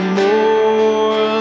more